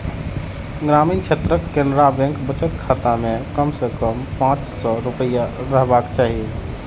ग्रामीण क्षेत्रक केनरा बैंक बचत खाता मे कम सं कम पांच सय रुपैया रहबाक चाही